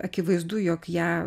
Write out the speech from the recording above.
akivaizdu jog ją